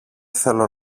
θέλω